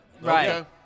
Right